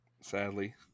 sadly